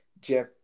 Jeff